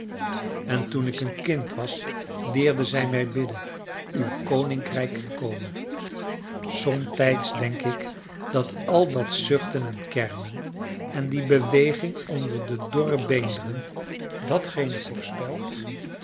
en toen ik een kind was leerde zij mij bidden uw koninkrijk kome somtijds denk ik dat al dat zuchten en kermen en die beweging onder de dorre beenderen datgene voorspelt